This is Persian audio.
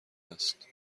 است